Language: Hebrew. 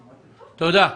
תודה.